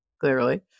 clearly